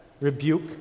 rebuke